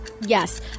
Yes